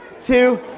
two